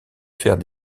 faire